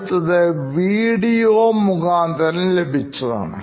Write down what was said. അടുത്തത് വീഡിയോ മുഖാന്തരം ലഭിച്ചതാണ്